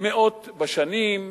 מאות בשנים.